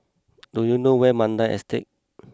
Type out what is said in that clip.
do you know where Mandai Estate